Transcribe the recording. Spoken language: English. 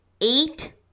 eight